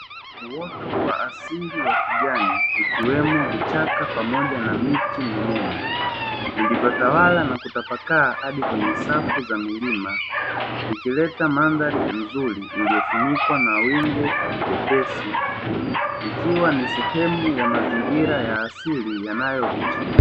Uoto wa asili wa kijani ikiwemo vichaka pamoja na miti minene, vilivyotawala na kutapakaa hadi kwenye safu za milima zikileta mandhari nzuri iliyofunikwa na wingu jepesi, ikiwa ni sehemu ya mazingira ya asili yanayovutia.